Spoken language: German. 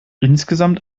insgesamt